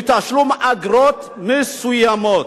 מתשלום אגרות מסוימות.